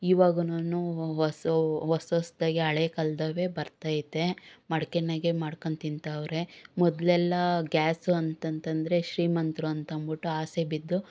ಇವಾಗುನು ಹೊಸ ಹೊಸ ಹೊಸದಾಗಿ ಹಳೇ ಕಾಲದ್ದವೇ ಬರ್ತೈತೆ ಮಡ್ಕೆಯಾಗೆ ಮಾಡ್ಕೊಂಡು ತಿಂತವ್ರೆ ಮೊದಲೆಲ್ಲ ಗ್ಯಾಸು ಅಂತಂತೆಂದ್ರೆ ಶ್ರೀಮಂತರು ಅಂತ ಮೋಟು ಆಸೆಗೆಬಿದ್ದು